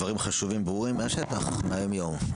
דברים חשובים, ברורים, מהשטח, מהיום-יום.